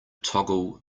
toggle